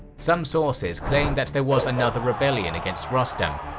some sources claim that there was another rebellion against rostam,